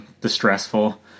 distressful